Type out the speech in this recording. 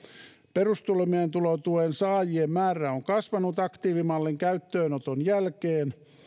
perustoimeentulotuen saajien määrä on kasvanut aktiivimallin käyttöönoton jälkeen